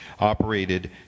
operated